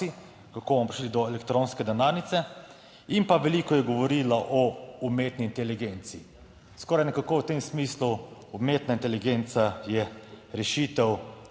kako bomo prišli do elektronske denarnice in pa veliko je govorila o umetni inteligenci. Skoraj nekako v tem smislu, umetna inteligenca je rešitev